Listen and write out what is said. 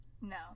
no